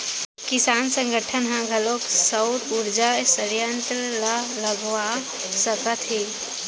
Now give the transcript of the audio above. किसान संगठन ह घलोक सउर उरजा संयत्र ल लगवा सकत हे